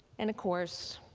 and of course,